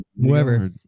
Whoever